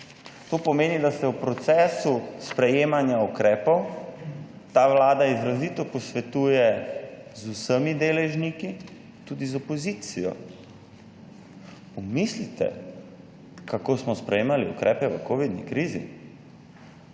To pomeni, da se v procesu sprejemanja ukrepov ta Vlada izrazito posvetuje z vsemi deležniki, tudi z opozicijo. Pomislite, kako smo sprejemali ukrepe v kovidni krizi.